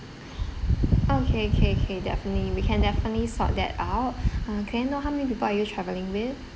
okay K K definitely we can definitely sort that out uh can I know how many people are you travelling with